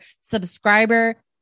subscriber